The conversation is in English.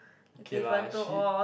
K lah she